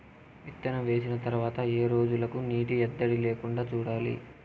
విత్తనం వేసిన తర్వాత ఏ రోజులకు నీటి ఎద్దడి లేకుండా చూడాలి?